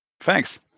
Thanks